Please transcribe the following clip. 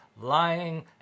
lying